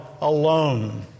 alone